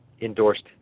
endorsed